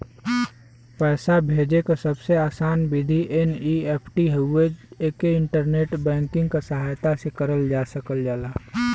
पैसा भेजे क सबसे आसान विधि एन.ई.एफ.टी हउवे एके इंटरनेट बैंकिंग क सहायता से करल जा सकल जाला